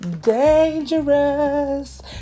Dangerous